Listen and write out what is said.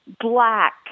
black